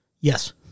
Yes